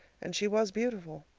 and she was beautiful!